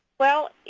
well,